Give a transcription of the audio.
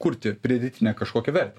kurti pridėtinę kažkokią vertę